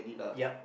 yup